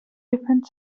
different